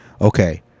Okay